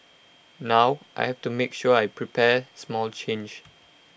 now I have to make sure I prepare small change